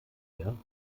herren